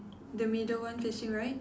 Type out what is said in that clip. the middle one facing right